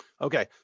Okay